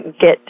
get